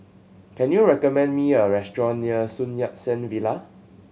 can you recommend me a restaurant near Sun Yat Sen Villa